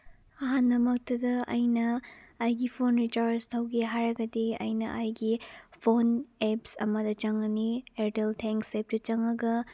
ꯑꯍꯥꯟꯕ ꯃꯛꯇꯗ ꯑꯩꯅ ꯑꯩꯒꯤ ꯐꯣꯟ ꯔꯤꯆꯥꯔꯖ ꯇꯧꯒꯦ ꯍꯥꯏꯔꯕꯗꯤ ꯑꯩꯅ ꯑꯩꯒꯤ ꯐꯣꯟ ꯑꯦꯞꯁ ꯑꯃꯗ ꯆꯪꯂꯅꯤ ꯑꯦꯌꯥꯔꯇꯦꯜ ꯊꯦꯡꯁ ꯑꯦꯞꯁꯇ ꯆꯪꯂꯒ